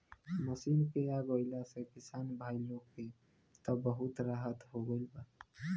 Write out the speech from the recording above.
machine के आ गईला से किसान भाई लोग के त बहुत राहत हो गईल बा